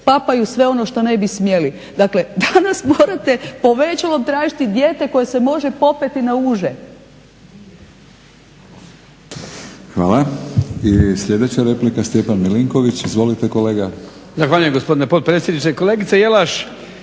papaju sve ono što ne bi smjeli. Dakle danas morate povećalom tražiti dijete koje se može popeti na uže. **Batinić, Milorad (HNS)** Hvala. I sljedeća replika Stjepan Milinković. Izvolite kolega. **Milinković, Stjepan (HDZ)** Zahvaljujem gospodine potpredsjedniče. Kolegice Jelaš